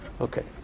Okay